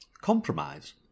compromise